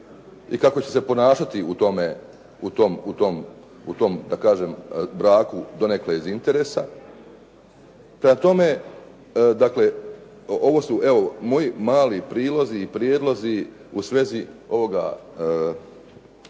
i kako će se ponašati u tom da kažem braku donekle, iz interesa. Prema tome, ovo su moji mali prilozi i prijedlozi u svezi ovoga